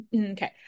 okay